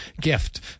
gift